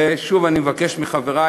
ושוב אני מבקש מחברי,